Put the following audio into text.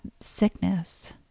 sickness